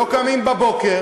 לא קמים בבוקר,